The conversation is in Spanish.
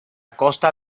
costa